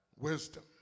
Wisdom